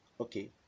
okay